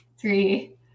three